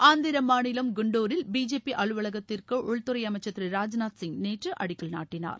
ஆந்திர மாநிலம் குண்டுரில் பிஜேபி அலுவலகத்திற்கு உள்துறை அமைச்சர் திரு ராஜ்நாத் சிங் நேற்று அடக்கல் நாட்டினார்